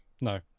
no